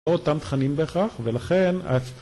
‫לא אותם תכנים בהכרח, ולכן...